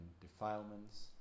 defilements